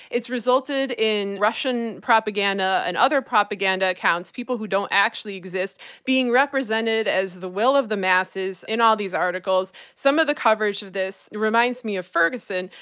it's resulted in russian propaganda and other propaganda accounts, people who don't actually exist being represented as the will of the masses in all these articles. some of the coverage of this reminds me of ferguson,